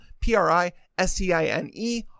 P-R-I-S-T-I-N-E